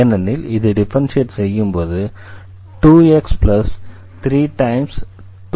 ஏனெனில் இதை டிஃபரன்ஷியேட் செய்யும்போது 2x3y0என கிடைக்கிறது